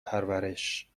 پرورش